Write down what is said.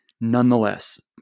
nonetheless